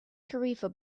tarifa